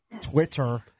Twitter